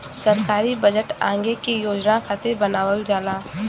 सरकारी बजट आगे के योजना खातिर बनावल जाला